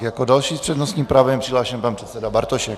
Jako další s přednostním právem je přihlášen pan předseda Bartošek.